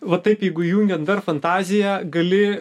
va taip jeigu įjungiant dar fantaziją gali